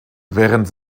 während